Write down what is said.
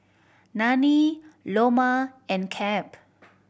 Nanie Loma and Cap